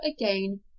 again